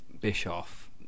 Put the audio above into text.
Bischoff